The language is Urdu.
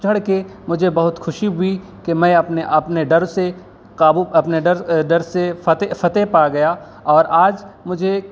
چڑھ کے مجھے بہت خوشی ہوئی کہ میں اپنے اپنے ڈر سے قابو اپنے ڈر سے فتح فتح پا گیا اور آج مجھے